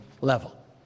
level